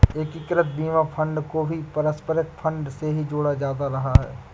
एकीकृत बीमा फंड को भी पारस्परिक फंड से ही जोड़ा जाता रहा है